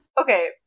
Okay